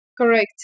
Correct